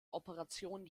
operationen